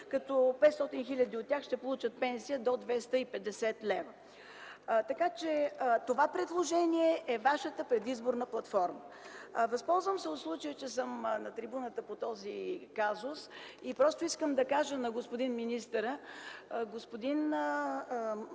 като 500 хиляди от тях ще получат пенсия до 250 лв. Така че това предложение е вашата предизборна платформа. Възползвам се от случая, че съм на трибуната по този казус и просто искам да кажа на господин министъра – господин Младенов,